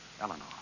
Eleanor